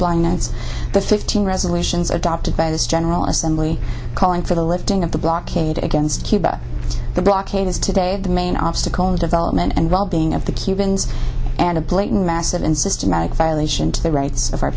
blindness the fifteen resolutions adopted by this general assembly calling for the lifting of the blockade against cuba the blockade is today the main obstacle in development and wellbeing of the cubans and a blatant massive and systematic violation to the rights of our